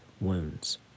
wounds